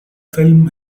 film